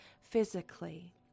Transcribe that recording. physically